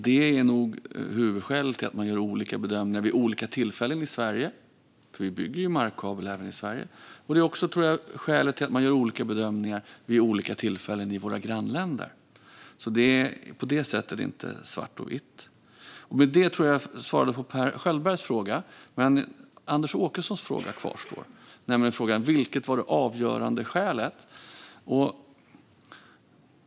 Detta är nog huvudskälet till att man gör olika bedömningar vid olika tillfällen i Sverige. Vi bygger ju markkabel även i Sverige. Det är också, tror jag, skälet till att man gör olika bedömningar vid olika tillfällen i våra grannländer. Det är på det sättet inte svart och vitt. Med det tror jag att jag svarade på Per Schöldbergs fråga. Kvarstår gör Anders Åkessons fråga, nämligen frågan vilket som var det avgörande skälet.